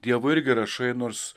dievui irgi rašai nors